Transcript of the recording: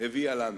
הביאה לנו.